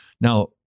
Now